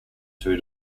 two